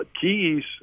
Keys